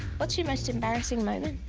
what's your most embarrassing moment